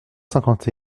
cinquante